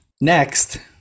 next